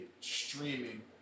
streaming